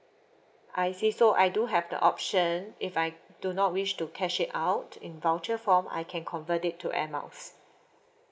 I see so I do have the option if I do not wish to cash it out in voucher form I can convert it to air miles